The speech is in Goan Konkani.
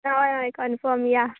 हय अय कनफर्म या